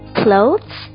clothes